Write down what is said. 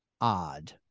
odd